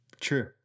True